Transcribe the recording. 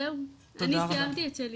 זהו, אני סיימתי את שלי.